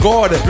God